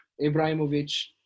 Ibrahimovic